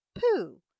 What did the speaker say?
Pooh